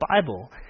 Bible